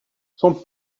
son